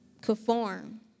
conform